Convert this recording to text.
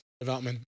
development